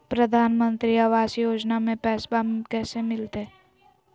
प्रधानमंत्री आवास योजना में पैसबा कैसे मिलते?